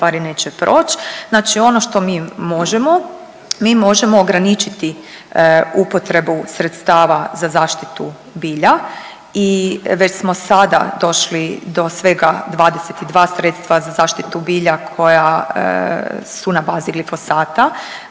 znači ono što mi možemo mi možemo ograničiti upotrebu sredstava za zaštitu bilja i već smo sada došli do svega 22 sredstva za zaštitu bilja koja su na bazi glifosata.